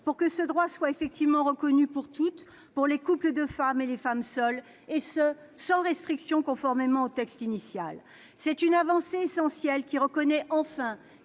pour que ce droit soit effectivement reconnu pour toutes, pour les couples de femmes et les femmes seules, et ce sans restriction, conformément au texte initial. C'est une avancée essentielle, qui reconnaît enfin